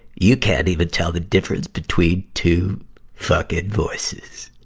you can't even tell the difference between two fucking voices.